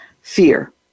fear